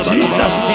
Jesus